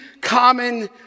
common